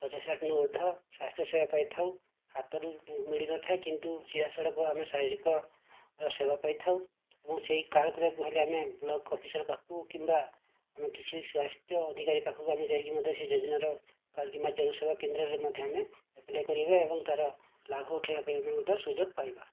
ପଚାଶ ହଜାରରୁ ଉର୍ଦ୍ଧ୍ଵ ସ୍ୱାସ୍ଥ୍ୟସେବା ପାଇଥାଉ ହାତରୁ ମିଳିନଥାଏ କିନ୍ତୁ ସିଧାସଳଖ ଆମେ ଶାରୀରିକ ସେବା ପାଇଥାଉ ଏବଂ ସେହି କାର୍ଡ଼ କରିବାକୁ ହେଲେ ଆମେ ବ୍ଲକ ଅଫିସର ପାଖକୁ କିମ୍ବା କିଛି ସ୍ୱାସ୍ଥ୍ୟ ଅଧିକାରୀ ପାଖକୁ ଆମେ ଯାଇକି ମଧ୍ୟ ସେ ଯୋଜନାର ସ୍ୱାସ୍ଥ୍ୟକେନ୍ଦ୍ରରେ ମଧ୍ୟ ଆମେ କରିବା ଏବଂ ତା'ର ଲାଭ ଉଠାଇବାର ପାଇଁ ମଧ୍ୟ ସୁଯୋଗ ପାଇବା